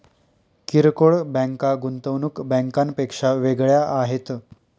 किरकोळ बँका गुंतवणूक बँकांपेक्षा वेगळ्या आहेत